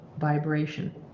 vibration